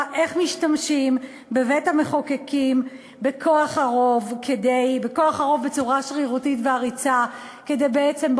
איך משתמשים בבית-המחוקקים בכוח הרוב בצורה שרירותית ועריצה כדי בעצם,